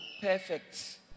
perfect